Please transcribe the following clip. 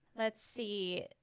let's see